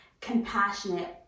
compassionate